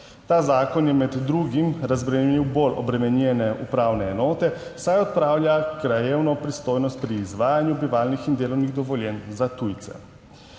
Ta zakon je med drugim razbremenil bolj obremenjene upravne enote, saj odpravlja krajevno pristojnost pri izvajanju bivalnih in delovnih dovoljenj za tujce.